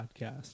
podcast